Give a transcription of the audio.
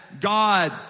God